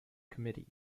committee